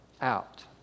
out